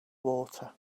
water